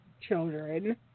children